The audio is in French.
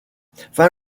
fin